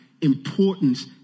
importance